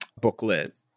Booklet